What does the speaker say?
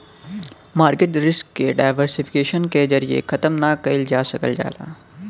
market risk के diversification के जरिये खत्म ना कइल जा सकल जाला